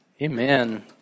Amen